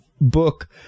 book